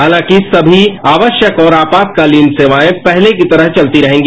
हालांकि सभी आवश्यक और आपातकालीन सेवाएं पहले की तरह चलती रहेगी